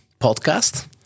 podcast